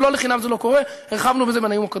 ולא לחינם זה לא קורה, הרחבנו בזה בנאום הקודם.